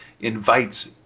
invites